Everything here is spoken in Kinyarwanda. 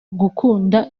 gukunda